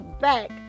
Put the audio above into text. back